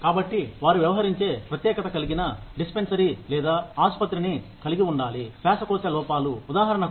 కాబట్టి వారు వ్యవహరించే ప్రత్యేకత కలిగిన డిస్పెన్సరీ లేదా ఆసుపత్రిని కలిగి ఉండాలి శ్వాసకోశ లోపాలు ఉదాహరణకు